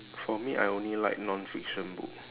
for me I only like nonfiction book